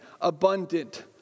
Abundant